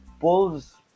Bulls